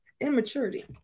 immaturity